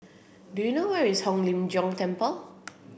do you know where is Hong Lim Jiong Temple